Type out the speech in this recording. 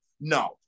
No